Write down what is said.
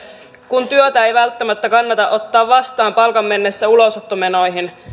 kun työtä ei välttämättä kannata ottaa vastaan palkan mennessä ulosottomenoihin